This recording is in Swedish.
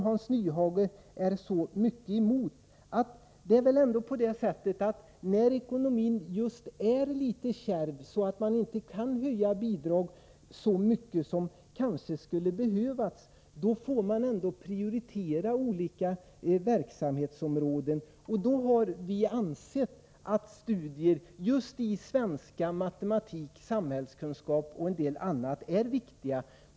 Hans Nyhage är mycket emot tilläggsbidragen. Men när ekonomin är litet kärv och man inte kan höja olika bidrag så mycket som kanske skulle behövas, får man prioritera olika verksamhetsområden. Vi har ansett att studier i just svenska, matematik, samhällskunskap och en del andra ämnen är viktiga.